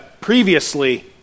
Previously